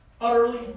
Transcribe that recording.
Utterly